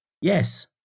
Yes